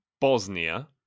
Bosnia